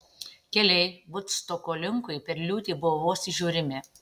keliai vudstoko linkui per liūtį buvo vos įžiūrimi